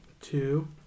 two